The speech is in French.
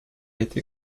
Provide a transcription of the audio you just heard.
été